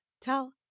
tell